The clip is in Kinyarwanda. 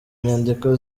inyandiko